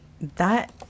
That-